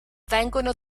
vengono